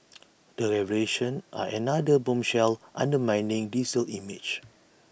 the revelations are another bombshell undermining diesel's image